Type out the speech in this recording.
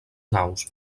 naus